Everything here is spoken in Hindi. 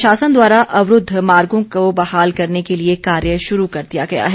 प्रशासन द्वारा अवरूद्व मार्गो का बहाल करने के लिए कार्य शुरू कर दिया गया है